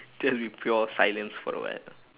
just be pure silence for a while